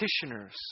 practitioners